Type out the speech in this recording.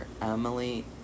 Emily